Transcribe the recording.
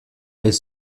est